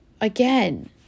Again